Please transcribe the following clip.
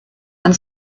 and